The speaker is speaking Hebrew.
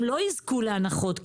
הם לא יזכו להנחות.